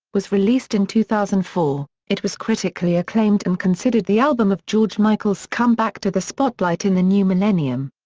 was released in two thousand and four, it was critically acclaimed and considered the album of george michael's comeback to the spotlight in the new millennium.